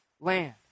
land